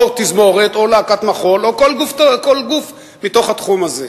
או תזמורת או להקת מחול או כל גוף מתוך התחום הזה.